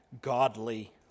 godly